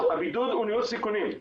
הבידוד הוא ניהול סיכונים,